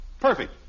Perfect